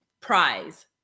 prize